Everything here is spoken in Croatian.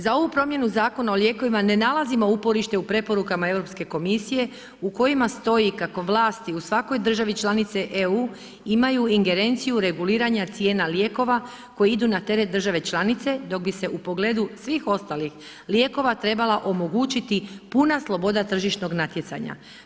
Za ovu promjenu Zakona o lijekovima ne nalazimo uporište u preporukama Europske komisije u kojima stoji kako vlasti u svakoj državi članice EU imaju ingerenciju reguliranja cijena lijekova koja idu na teret države članice dok bi se u pogledu svih ostalih lijekova trebala omogućiti puna sloboda tržišnog natjecanja.